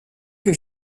que